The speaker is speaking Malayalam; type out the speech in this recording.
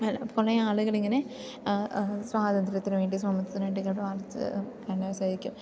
കുറേ ആളുകളിങ്ങനെ സ്വാതന്ത്ര്യത്തിനു വേണ്ടി സമത്വത്തിനു വേണ്ടി